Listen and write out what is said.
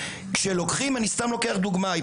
אני לא אומר שחלילה יש כוונה לשקר,